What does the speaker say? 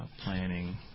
planning